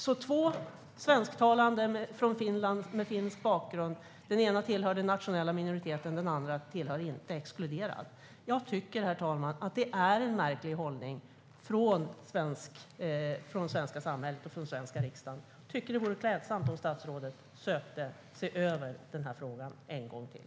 Av två svensktalande från Finland med finsk bakgrund kan den ena tillhöra den nationella minoriteten, medan den andra inte tillhör den och är exkluderad. Jag tycker, herr talman, att det är en märklig hållning från det svenska samhället och från den svenska riksdagen. Jag tycker att det vore klädsamt om statsrådet såg över den här frågan en gång till.